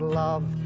love